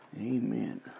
Amen